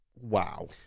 wow